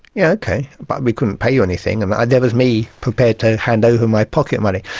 yeah ok, but we couldn't pay you anything and there was me prepared to hand over my pocket money.